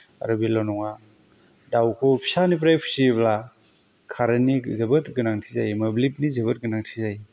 आरो बेल' नङा दावखौ फिसानिफ्राय फिसियोब्ला खारेन्तनि जोबोद गोनांथि जायो मोब्लिबनि जोबोर गोनांथि जायो